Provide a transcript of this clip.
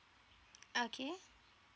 okay